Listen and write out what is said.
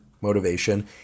motivation